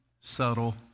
subtle